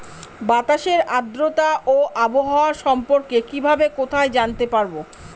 বাতাসের আর্দ্রতা ও আবহাওয়া সম্পর্কে কিভাবে কোথায় জানতে পারবো?